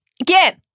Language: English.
Again